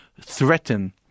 threaten